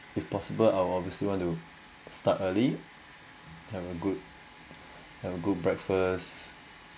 if possible I'll obviously want to start early have a good have a good breakfast